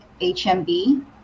hmb